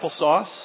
applesauce